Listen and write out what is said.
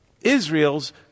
Israel's